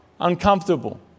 uncomfortable